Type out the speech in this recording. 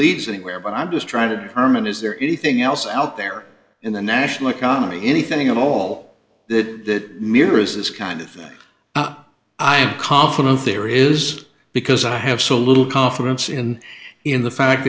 leads anywhere but i'm just trying to determine is there anything else out there in the national economy anything at all that mirrors this kind of thing i'm confident there is because i have so little confidence in in the fact